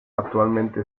actualmente